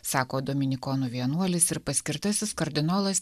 sako dominikonų vienuolis ir paskirtasis kardinolas